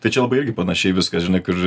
tačiau labai irgi panašiai viskas žinai kur